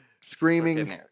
screaming